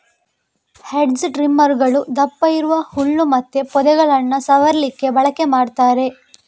hedge ಟ್ರಿಮ್ಮರುಗಳು ದಪ್ಪ ಇರುವ ಹುಲ್ಲು ಮತ್ತೆ ಪೊದೆಗಳನ್ನ ಸವರ್ಲಿಕ್ಕೆ ಬಳಕೆ ಮಾಡ್ತಾರೆ